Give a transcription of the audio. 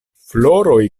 floroj